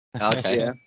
Okay